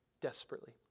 Desperately